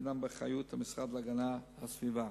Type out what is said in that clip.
הם באחריות המשרד להגנת הסביבה.